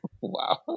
Wow